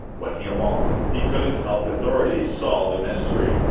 when he awoke, he couldn't help authorities solve the mystery.